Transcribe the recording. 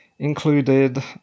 included